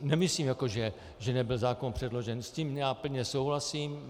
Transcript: Nemyslím, jako že nebyl zákon předložen, s tím plně souhlasím.